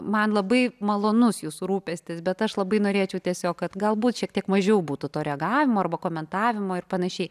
man labai malonus jūsų rūpestis bet aš labai norėčiau tiesiog kad galbūt šiek tiek mažiau būtų to reagavimo arba komentavimo ir panašiai